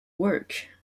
work